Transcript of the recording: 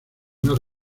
más